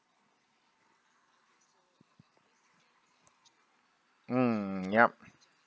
mm yup